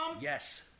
yes